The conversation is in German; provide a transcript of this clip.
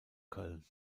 köln